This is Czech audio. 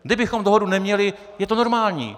Kdybychom dohodu neměli, je to normální.